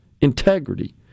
integrity